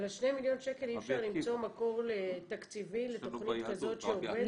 על ה-2 מיליון שקל אי אפשר למצוא מקור תקציבי לתוכנית כזאת שעובדת?